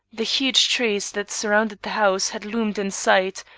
the huge trees that surrounded the house had loomed in sight,